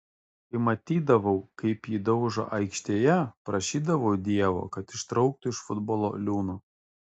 kai matydavau kaip jį daužo aikštėje prašydavau dievo kad ištrauktų iš futbolo liūno